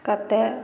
कतेक